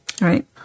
Right